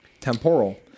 Temporal